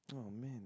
!aww! man